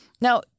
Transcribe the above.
Now